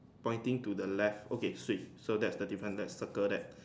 pointing to the left okay sweet so that's the difference let's circle that